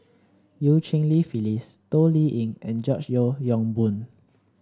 Eu Cheng Li Phyllis Toh Liying and George Yeo Yong Boon